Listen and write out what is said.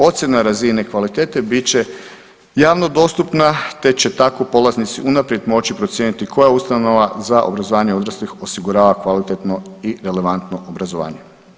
Ocjena razine kvalitete bit će javno dostupna te će tako polaznici unaprijed moći procijeniti koja ustanova za obrazovanje odraslih osigurava kvalitetno i relevantno obrazovanje.